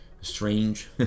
strange